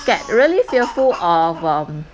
get really fearful of um